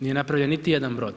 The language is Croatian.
Nije napravljen niti jedan broj.